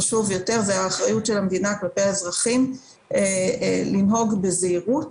חשובה האחריות של המדינה כלפי האזרחים לנהוג בזהירות